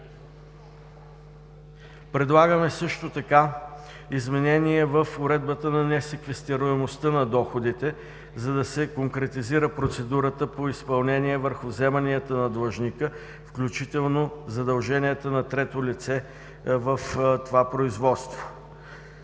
Предлагаме също така изменение в уредбата на несеквестируемостта на доходите, за да се конкретизира процедурата по изпълнение върху вземанията на длъжника, включително задълженията на трето лице в това производство.